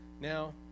Now